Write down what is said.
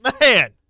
man